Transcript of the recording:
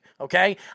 Okay